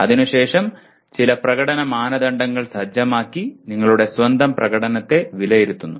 അതിനുശേഷം നിങ്ങൾ ചില പ്രകടന മാനദണ്ഡങ്ങൾ സജ്ജമാക്കി നിങ്ങളുടെ സ്വന്തം പ്രകടനത്തെ വിലയിരുത്തുന്നു